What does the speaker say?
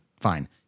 fine